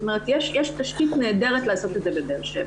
זאת אומרת, יש תשתית נהדרת לעשות את זה בבאר-שבע.